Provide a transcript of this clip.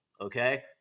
Okay